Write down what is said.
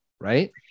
right